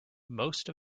most